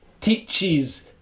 teaches